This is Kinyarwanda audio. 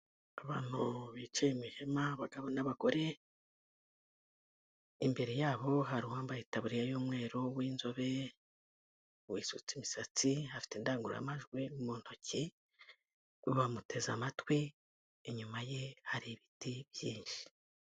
Abantu bicaye mu ihema abagabo n'abagore, imbere yabo hari uwambaye itaburiya y'umweru w'inzobere, wisutse imisatsi, afite indangururamajwi mu ntoki, bamuteze amatwi. Inyuma ye hari ibiti byinshi.